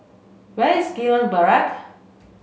where is Gillman Barrack